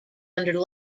under